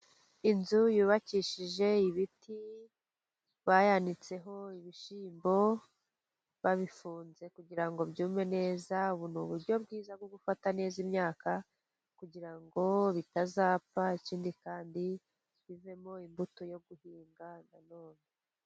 Inzu yubakishije ibiti, bayanitseho ibishyimbo, babifunze kugira ngo byume neza. Ubu ni uburyo bwiza bwo gufata neza imyaka kugira bitazapfa. Ikindi kandi, bivemo imbuto yo guhinga nanone.